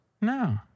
No